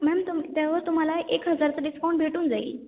ma'am तुम त्यावर तुम्हाला एक हजारचं डिस्काउंट भेटून जाईल